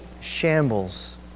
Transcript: shambles